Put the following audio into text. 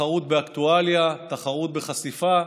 תחרות באקטואליה, תחרות בחשיפה,